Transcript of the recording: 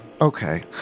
Okay